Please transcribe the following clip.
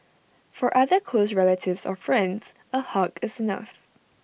for other close relatives or friends A hug is enough